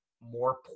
more